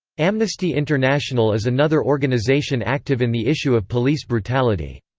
amnesty international is another organization active in the issue of police brutality.